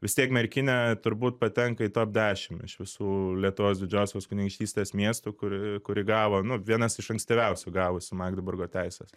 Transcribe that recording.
vis tiek merkinė turbūt patenka į top dešimt iš visų lietuvos didžiosios kunigaikštystės miestų kuri kuri gavo nu vienas iš ankstyviausių gavusių magdeburgo teises